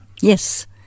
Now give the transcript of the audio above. yes